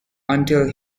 until